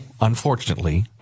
unfortunately